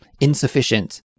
Insufficient